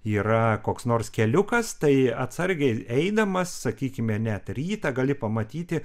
yra koks nors keliukas tai atsargiai eidamas sakykime net rytą gali pamatyti